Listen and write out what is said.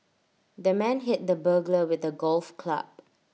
the man hit the burglar with A golf club